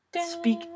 Speak